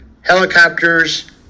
helicopters